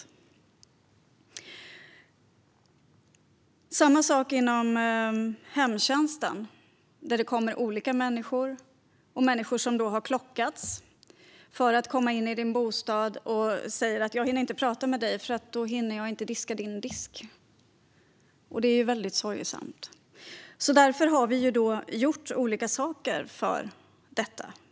Det är samma sak inom hemtjänsten. Där kommer det olika människor. Det är människor som har klockats för att komma in i din bostad. De säger: Jag hinner inte prata med dig, för då hinner jag inte diska din disk. Det är väldigt sorgesamt. Därför har vi gjort olika saker för detta.